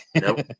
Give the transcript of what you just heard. Nope